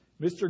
Mr